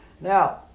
Now